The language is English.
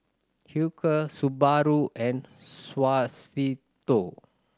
Hilker Subaru and Suavecito